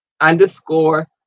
underscore